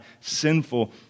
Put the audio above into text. sinful